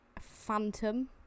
Phantom